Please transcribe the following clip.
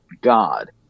God